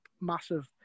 massive